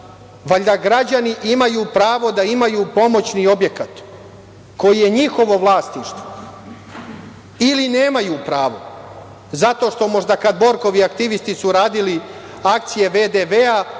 Valjda građani imaju pravo da imaju pomoćni objekat koji je njihovo vlasništvo ili nemaju pravo, zato što možda kada su Borkovi aktivisti radili akcije VDV-a,